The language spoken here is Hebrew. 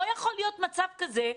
לא יכול להיות מצב כזה.